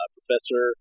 Professor